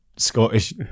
scottish